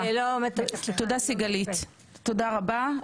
תודה רבה.